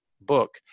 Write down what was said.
book